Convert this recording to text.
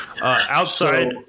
Outside